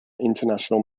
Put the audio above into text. international